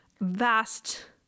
vast